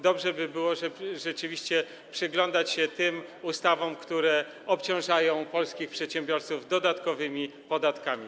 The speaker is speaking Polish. Dobrze by było rzeczywiście przyglądać się tym ustawom, które obciążają polskich przedsiębiorców dodatkowymi podatkami.